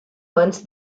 months